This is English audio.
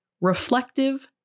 reflective